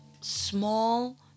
small